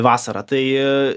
vasarą tai